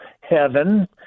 heaven